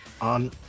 on